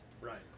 Right